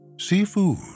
seafood